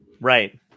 Right